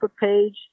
page